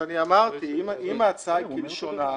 אז אמרתי שאם ההצעה תתקבל כלשונה,